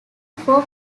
four